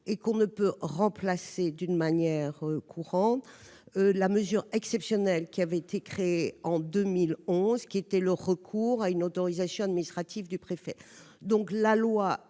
et que l'on ne saurait remplacer d'une manière courante la mesure exceptionnelle, créée en 2011, qu'est le recours à une autorisation administrative du préfet.